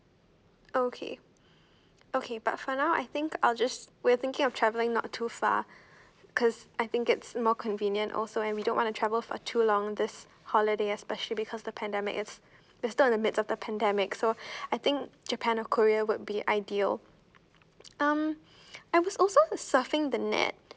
okay okay but for now I think I'll just we're thinking of travelling not too far cause I think it's more convenient also and we don't want to travel for too long this holiday especially because the pandemic is we're still in the midst of the pandemic so I think japan or korea would be ideal um I was also is surfing the net